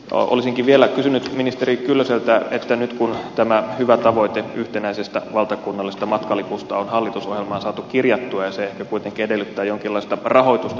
olisinkin vielä kysynyt ministeri kyllöseltä nyt kun tämä hyvä tavoite yhtenäisestä valtakunnallisesta matkalipusta on hallitusohjelmaan saatu kirjattua ja sen toteuttaminen ehkä kuitenkin edellyttää jonkinlaista rahoitusta